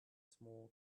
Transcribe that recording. small